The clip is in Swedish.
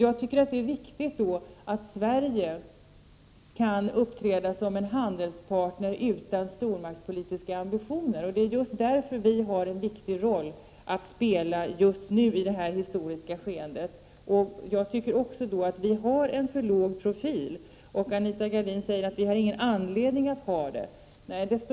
Sverige kan då uppträda som en handelspartner utan stormaktspolitiska ambitioner, och det är just därför som vi har en viktig roll att spela nu idet historiska skeendet. Jag tycker också att vi då har en för låg profil. Anita Gradin säger att vi inte har någon anledning att ha det. Nej, desto bättre. Då tycker jag att regeringen skall se till att vi får en annan profil, att det blir mer aktivitet på det här området.